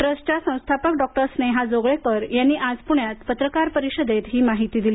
ट्रस्टच्या संस्थापक डॉ स्नेहा जोगळेकर यांनी आज पूण्यात पत्रकार परिषदेत ही माहिती दिली